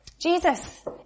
Jesus